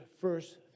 first